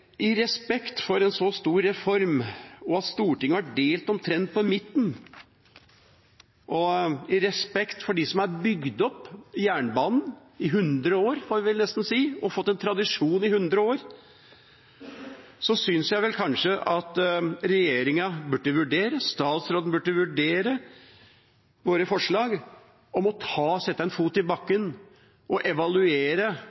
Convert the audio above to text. i respekt for en så stor reform, at Stortinget er delt omtrent på midten, og i respekt for dem som har bygd opp jernbanen i hundre år, får man vel nesten si, og holdt en tradisjon i hundre år, synes jeg at regjeringa og statsråden burde vurdere våre forslag om å sette en fot i